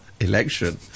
election